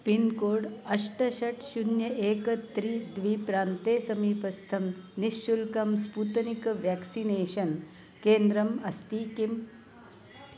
pincode अष्ट षट् शून्यं एकं त्रीणि द्वे प्रान्ते समीपस्थं निःशुल्कं स्पुतनिक् व्याक्सिनेषन् केन्द्रम् अस्ति किम्